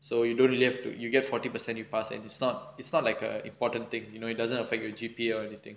so you don't really have to you get forty percent to pass and it's not it's not like a important thing you know it doesn't affect your G_P_A or anything